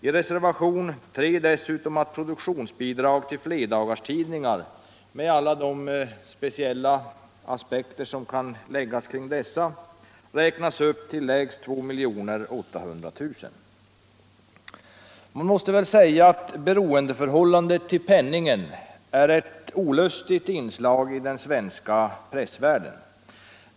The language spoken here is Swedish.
I reservationen 3 föreslår vi dessutom att produktionsbidrag till Nerdagarstidningar med alla de aspekter som kan läggas på dessa räknas upp till lägst 2 800 000 kr. Beroendeförhållandet till penningen är ett olustigt inslag i den svenska pressvärlden.